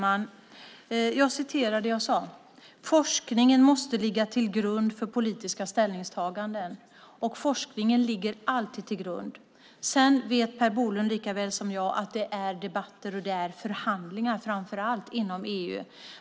Herr talman! Jag sade: Forskningen måste ligga till grund för politiska ställningstaganden, och forskningen ligger alltid till grund. Sedan vet Per Bolund lika väl som jag att det är debatter och framför allt förhandlingar inom EU.